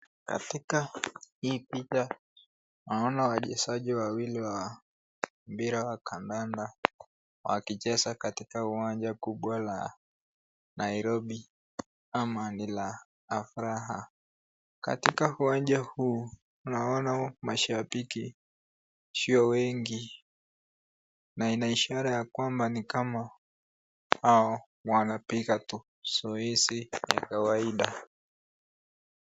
Katika hii picha naona wachezaji wawili wa mpira wa kandanda wakicheza katika uwanja kubwa la Nairobi ama ni la Afraha. Katika uwanja huu unawaona mashabiki sio wengi na ina ishara ya kwamba ni kama hao wanapiga tu zoezi ya kawaida.